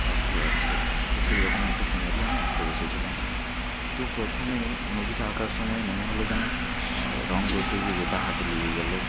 অস্ত যাচ্ছে তো সেই রকম একটা সিনারি আমি আঁকতে বসেছিলাম তো প্রথমে নদীটা আঁকার সময় মনে হলো যেন রঙ করতে গিয়ে গোটা হাতে লেগে গেলো